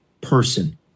person